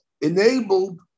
enabled